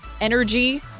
energy